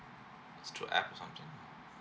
it's through apps or something